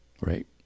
right